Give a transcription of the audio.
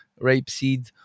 rapeseed